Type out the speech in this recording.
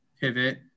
pivot